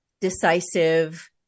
decisive